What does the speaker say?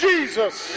Jesus